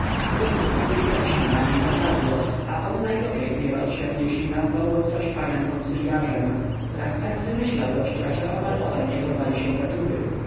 rozumie się używaliśmy na nim co wlazło a on najgorzej gniewał się jeżeli nazwał go kto panem konsyliarzem raz tak zwymyślał gościa że mało obaj nie porwali się za czuby